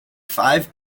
five